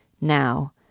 Now